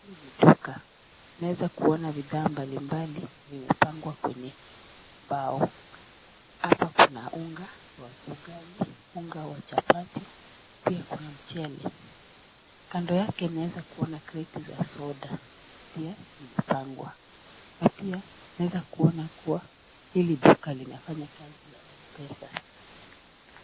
Hii ni duka. Naeza kuona bidhaa mbalimbali vimepangwa kwenye mbao. Apa kuna unga wa ugali, unga wa chapati, pia kuna michele. Kando yake naeza kuona kreti za soda pia zimepangwa na pia naweza kuona kua hili duka linafanya kazi ya M-pesa.